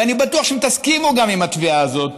ואני בטוח שאתם גם תסכימו לתביעה הזאת,